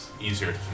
easier